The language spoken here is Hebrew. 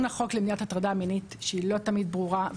החוק למניעת הטרדה מינית שהיא לא תמיד ברורה.